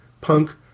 punk